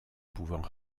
pouvant